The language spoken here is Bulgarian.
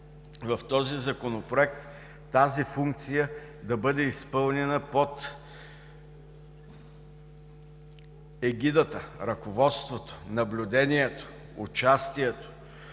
в този Законопроект тази функция да бъде изпълнена под егидата, ръководството, наблюдението, участието